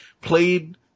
played